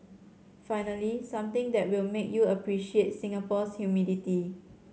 finally something that will make you appreciate Singapore's humidity